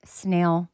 snail